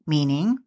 Meaning